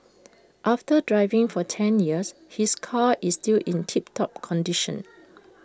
after driving for ten years his car is still in tip top condition